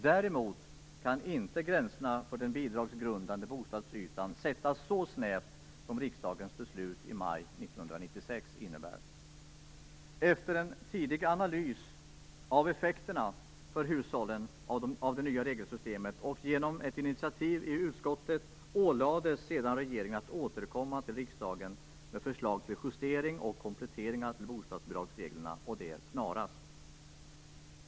Däremot kan inte gränserna för den bidragsgrundande bostadsytan sättas så snävt som riksdagens beslut i maj 1996 innebär. Efter en tidig analys av effekterna för hushållen av det nya regelsystemet och genom ett initiativ i utskottet ålades sedan regeringen att återkomma till riksdagen med förslag till justering och kompletteringar till bostadsbidragsreglerna, och det snarast.